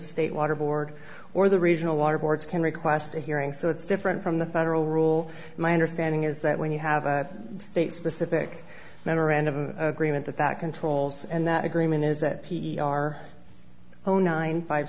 state water board or the regional water boards can request a hearing so it's different from the federal rule my understanding is that when you have a state specific memorandum agreement that that controls and that agreement is that p e r zero nine five